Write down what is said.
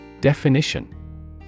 Definition